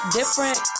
different